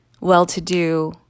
well-to-do